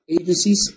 agencies